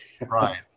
Right